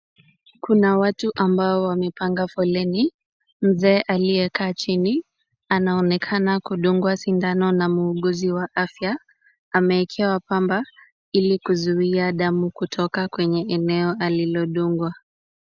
Kuna watu ambao wamepanga foleni, mzee aliyekaa chini anaonekana kudungwa sindano na muuguzi wa afya, amewekewa pamba ili kuzuia damu kutoka kwenye eneo alilodungwa.